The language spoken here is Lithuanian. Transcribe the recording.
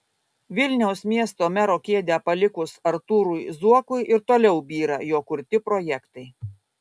vilniaus miesto mero kėdę palikus artūrui zuokui ir toliau byra jo kurti projektai